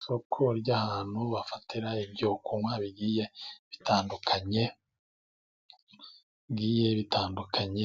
Isoko ry'ahantu bafatira ibyo kunywa bigiye bitandukanye.